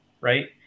right